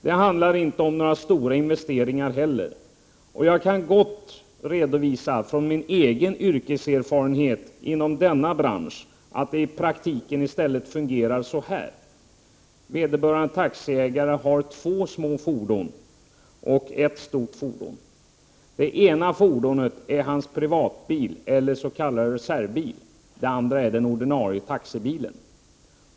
Det handlar inte heller om några stora investeringar. Jag kan gärna redovisa från min egen yrkeserfarenhet inom denna bransch att det i praktiken i stället fungerar så här: Vederbörande taxiägare har två små fordon och ett stort fordon. Det ena fordonet är hans privatbil eller s.k. reservbil, det andra är den ordinarie taxibilen.